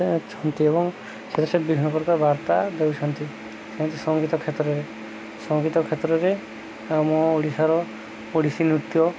କରିଛନ୍ତି ଏବଂ ସେଥିରେ ସେ ବିଭିନ୍ନ ପ୍ରକାର ବାର୍ତ୍ତା ଦେଉଛନ୍ତି ସେମିତି ସଙ୍ଗୀତ କ୍ଷେତ୍ରରେ ସଙ୍ଗୀତ କ୍ଷେତ୍ରରେ ଆମ ଓଡ଼ିଶାର ଓଡ଼ିଶୀ ନୃତ୍ୟ